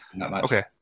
Okay